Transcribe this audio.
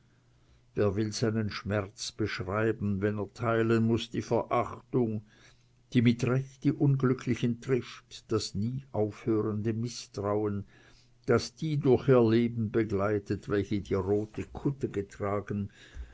wer will seinen schmerz beschreiben wenn er teilen muß die verachtung die mit recht die unglücklichen trifft das nie aufhörende mißtrauen das die durch ihr leben begleitet welche die rote kutte getragen